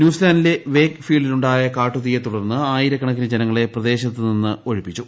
ന്യൂസിലാന്റിലെ വേയ്ക്ക് ഫീൽഡിലുണ്ടായ കാട്ടുതീയെ തുടർന്ന് ആയിരക്കണക്കിന് ജനങ്ങളെ പ്രദേശത്ത് നിന്ന് ഒഴിപ്പിച്ചു